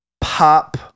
Pop